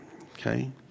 okay